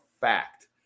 fact